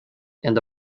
and